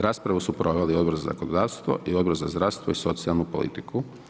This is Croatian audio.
Raspravu su proveli Odbor za zakonodavstvo i Odbor za zdravstvo i socijalnu politiku.